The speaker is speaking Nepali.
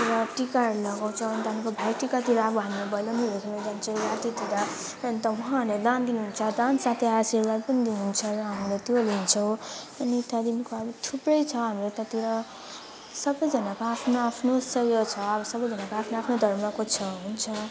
र टिकाहरू लगाउँछ त्यहाँदेखिन्को भाइटिकातिर अब हाम्रो भेलोनीहरू खेल्न जान्छु राती त्यो त एकदम दान दिनुहुन्छ दान साथै आशीर्वाद पनि दिनुहुन्छ र हाम्रो त्यो लिन्छौँ त्यहाँदेखिन्को थुप्रै छ हाम्रो उतातिर सबाजनाको आफ्नो आफ्नो उत्सव ऊ यो छ अब सबैजनाको आफ्नो आफ्नो धर्मको छ हुन्छ